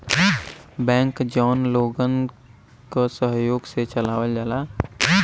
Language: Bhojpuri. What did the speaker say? बैंक जौन लोगन क सहयोग से चलावल जाला